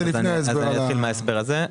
אתחיל מההסבר הזה.